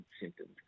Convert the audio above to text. symptoms